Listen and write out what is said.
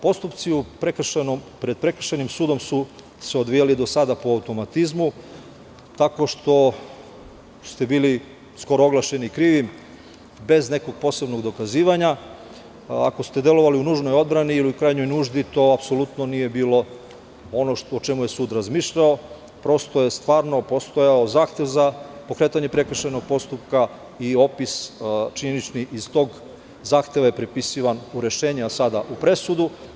Postupci pred prekršajnim sudom su se odvijali do sada po automatizmu, tako što ste bili skoro oglašeni krivim, bez nekog posebnog dokazivanja, a ako ste delovali u nužnoj odbrani ili krajnjoj nuždi, to apsolutno nije bilo ono o čemu je sud razmišljao, prosto je stvarno postojao zahtev za pokretanje prekršajnog postupka, i opis činjenični iz tog zahteva je pripisivan u rešenja, a sada u presudu.